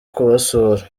kubasura